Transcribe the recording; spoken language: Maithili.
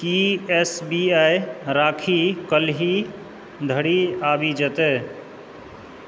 की एस बी आई राखी काल्हि धरि आबि जेतै